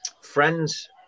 friends